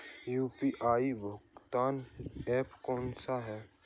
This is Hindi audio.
यू.पी.आई भुगतान ऐप कौन सा है?